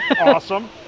awesome